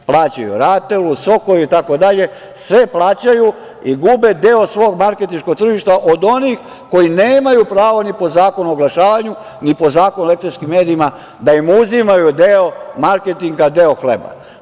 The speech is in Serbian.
Plaćaju RATEL-u, SOKOJ-u itd, sve plaćaju i gube deo svog marketinškog tržišta od onih koji nemaj pravo ni po Zakonu o oglašavanju, ni po Zakonu o elektronskim medijima da im uzimaju deo marketinga, deo hleba.